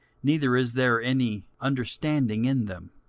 neither is there any understanding in them.